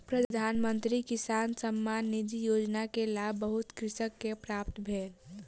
प्रधान मंत्री किसान सम्मान निधि योजना के लाभ बहुत कृषक के प्राप्त भेल